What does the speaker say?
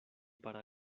para